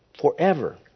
forever